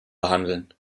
behandeln